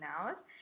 hours